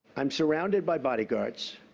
i'm surrounded by bodyguards.